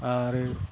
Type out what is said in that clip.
आरो